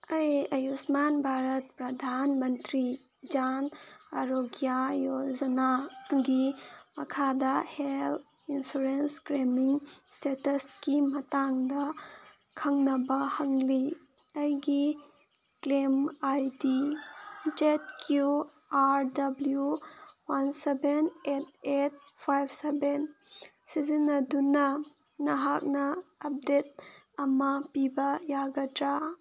ꯑꯩ ꯑꯌꯨꯁꯃꯥꯟ ꯚꯥꯔꯠ ꯄ꯭ꯔꯙꯥꯟ ꯃꯟꯇ꯭ꯔꯤ ꯖꯥꯟ ꯑꯔꯣꯒ꯭ꯌꯥ ꯔꯣꯖꯅꯥꯒꯤ ꯃꯈꯥꯗ ꯍꯦꯜꯠ ꯏꯟꯁꯨꯔꯦꯟꯁ ꯀ꯭ꯂꯦꯃꯤꯡ ꯏꯁꯇꯦꯇꯁꯀꯤ ꯃꯇꯥꯡꯗ ꯈꯪꯅꯕ ꯍꯪꯂꯤ ꯑꯩꯒꯤ claim I D Z Q R W one seven eight eight five seven ꯁꯤꯖꯤꯟꯅꯗꯨꯅ ꯅꯍꯥꯛꯅ ꯑꯞꯗꯦꯠ ꯑꯃ ꯄꯤꯕ ꯌꯥꯒꯗ꯭ꯔꯥ